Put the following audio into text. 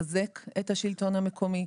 היא לחזק את השלטון המקומי.